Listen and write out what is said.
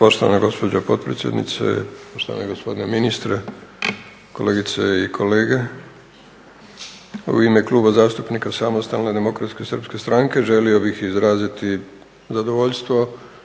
štovani gospodine ministre, kolegice i kolege. U ime Kluba zastupnika Samostalne demokratske srpske stranke želio bih izraziti zadovoljstvo